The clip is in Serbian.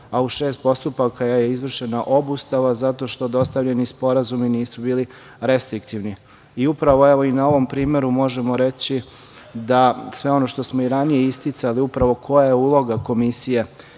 a u šest postupaka je izvršena obustava zato što dostavljeni sporazumi nisu bili restriktivni. Upravo, evo, i na ovom primeru možemo reći da sve ono što smo i ranije isticali upravo koja je uloga Komisije,